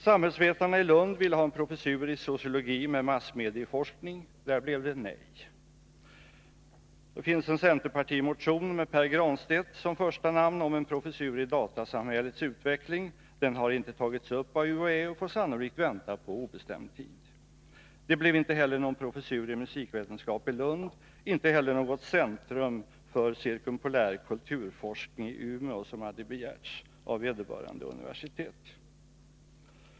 Samhällsvetarna i Lund ville ha en professur i sociologi med massmedieforskning. Där blev det nej. Det finns en centerpartimotion av Pär Granstedt m.fl. om en professur i datasamhällets utveckling. Den har inte tagits upp av UHÄ och få sannolikt vänta under obestämd tid. Det blev inte heller någon professur i musikvetenskap i Lund, inte heller något centrum för cirkumpolär kulturforskning i Umeå, som hade begärts av vederbörande universitet.